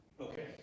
Okay